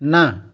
ନା